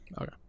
okay